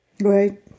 right